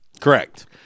Correct